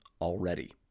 already